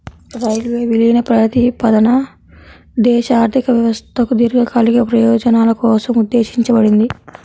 railway విలీన ప్రతిపాదన దేశ ఆర్థిక వ్యవస్థకు దీర్ఘకాలిక ప్రయోజనాల కోసం ఉద్దేశించబడింది